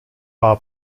war